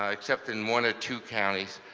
ah except in one or two counties.